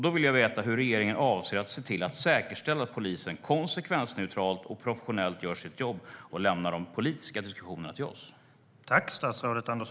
Då vill jag veta hur regeringen avser att säkerställa att polisen konsekvensneutralt och professionellt gör sitt jobb och lämnar de politiska diskussionerna till oss.